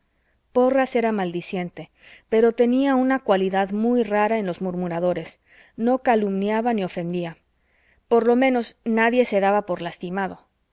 porras era maldiciente pero tenía una cualidad muy rara en los murmuradores no calumniaba ni ofendía por lo menos nadie se daba por lastimado